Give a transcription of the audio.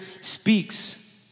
speaks